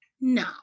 No